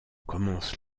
commencent